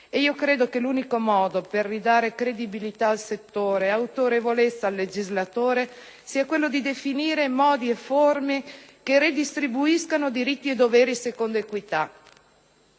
e io credo che l'unico modo per ridare credibilità al settore ed autorevolezza al legislatore sia quello di definire modi e forme che redistribuiscano diritti e doveri secondo equità.